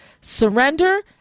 Surrender